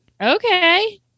Okay